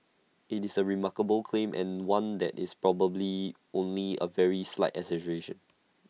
IT is A remarkable claim and one that is probably only A very slight exaggeration